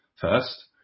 First